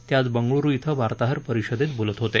ते आज बंगळूरु श्व वार्ताहर परिषदेत बोलत होते